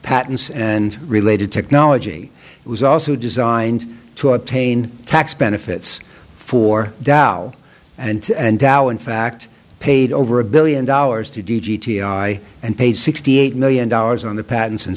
patents and related technology it was also designed to obtain tax benefits for dow and dow in fact paid over a billion dollars to d g t r y and paid sixty eight million dollars on the patents and